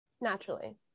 naturally